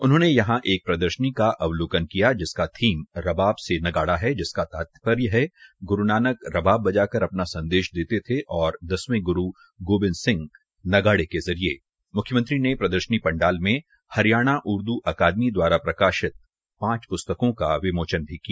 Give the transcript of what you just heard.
उन्होने एक प्रदर्शनी का अवलोकन किया जिसाक थीम रबाव से नगाड़ा है जिसका तात्पर्य है कि ग्रू नानक रबाब बजाकर अपना संदेश देते थे और दसवें ग्रू गोबिंद सिंह नगाड़े के जरिये म्ख्यमंत्री ने प्रदर्शनी पड़ाला में हरियाणा उर्द् अकादमी दवारा प्रकाशित पांच प्स्तकों का विमोचन भी किया